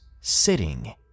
sitting